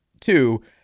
Two